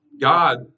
God